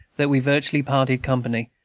that we virtually parted company,